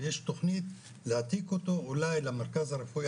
ויש תוכנית להעתיק אותו אולי למרכז הרפואי